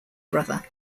brother